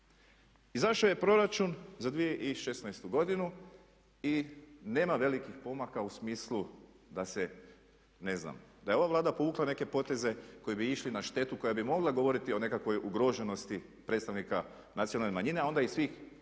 Izašao je proračun za 2016. godinu i nema velikih pomaka u smislu da se ne znam, da je ova Vlada povukla neke poteze koji bi išli na štetu koja bi mogla govoriti o nekakvoj ugroženosti predstavnika nacionalne manjine a onda i svih